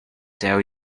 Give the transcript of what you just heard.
tell